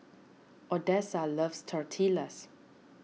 Odessa loves Tortillas